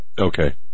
Okay